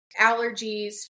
allergies